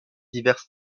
diverses